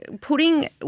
putting –